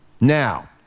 Now